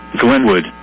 Glenwood